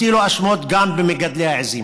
הטילו האשמות גם במגדלי העיזים.